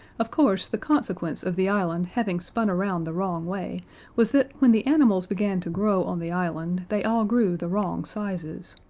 of course, the consequence of the island having spun around the wrong way was that when the animals began to grow on the island they all grew the wrong sizes.